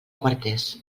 quarters